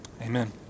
Amen